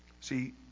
See